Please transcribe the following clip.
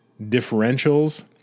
differentials